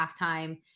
halftime